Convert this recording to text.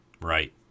Right